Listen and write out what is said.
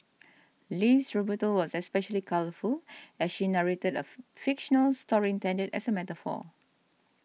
Lee's rebuttal was especially colourful as she narrated a fictional story intended as a metaphor